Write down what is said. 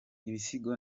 ibisigo